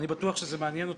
אני בטוח שזה מעניין אתכם,